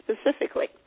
specifically